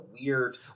weird